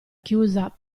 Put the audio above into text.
chiusa